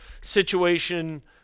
situation